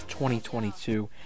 2022